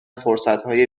فرصتهای